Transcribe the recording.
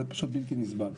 זה פשוט בלתי נסבל.